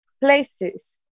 places